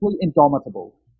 indomitable